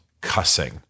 cussing